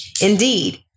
Indeed